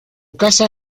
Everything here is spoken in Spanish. casa